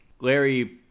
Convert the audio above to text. Larry